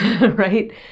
right